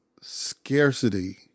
scarcity